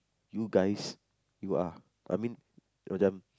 you guys you are I mean macam